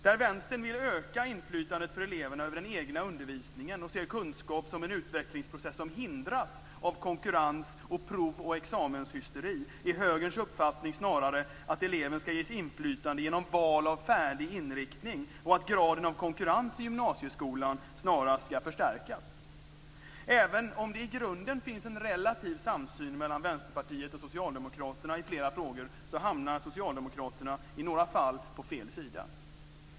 Där vänstern vill öka inflytandet för eleverna över den egna undervisningen och ser kunskap som en utvecklingsprocess som hindras av konkurrens och prov och examenshysteri är högerns uppfattning snarare att eleven skall ges inflytande genom val av färdig inriktning och att graden av konkurrens i gymnasieskolan snarast skall förstärkas. Även om det i grunden finns en relativ samsyn mellan Vänsterpartiet och Socialdemokraterna i flera frågor hamnar Socialdemokraterna i några fall på fel sida.